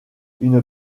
une